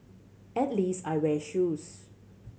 at least I wear shoes